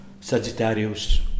Sagittarius